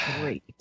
Great